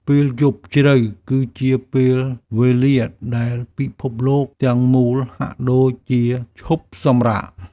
ពេលយប់ជ្រៅគឺជាពេលវេលាដែលពិភពលោកទាំងមូលហាក់ដូចជាឈប់សម្រាក។